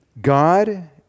God